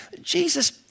Jesus